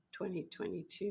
2022